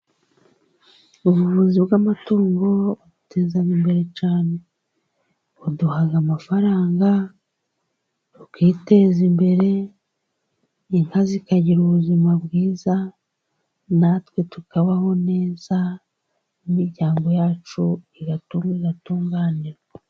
Ubuvuzi bw'amatungo buduteza imbere cyane, buduha amafaranga tukiteza imbere, inka zikagira ubuzima bwiza, natwe tukabaho neza imiryango yacu igatunga igatunganira.